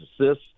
assists